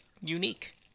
unique